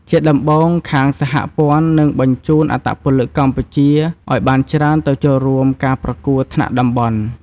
ជាដំបូងខាងសហព័ន្ធនឹងបញ្ជូនអត្តពលិកកម្ពុជាឲ្យបានច្រើនទៅចូលរួមការប្រកួតថ្នាក់តំបន់។